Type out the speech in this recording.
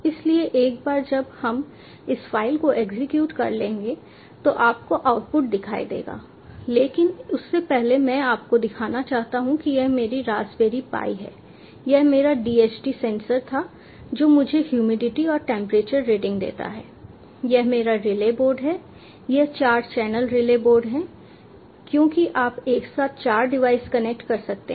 इसलिए एक बार जब हम इस फाइल को एग्जीक्यूट कर लेंगे तो आपको आउटपुट दिखाई देगा लेकिन उससे पहले मैं आपको दिखाना चाहता हूं कि यह मेरी रास्पबेरी पाई है यह मेरा DHT सेंसर था जो मुझे ह्यूमिडिटी और टेंपरेचर रीडिंग देता है यह मेरा रिले बोर्ड है यह चार चैनल रिले बोर्ड है क्योंकि आप एक साथ चार डिवाइस कनेक्ट कर सकते हैं